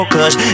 Cause